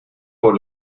por